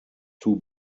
two